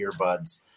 earbuds